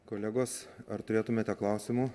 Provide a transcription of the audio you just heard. kolegos ar turėtumėte klausimų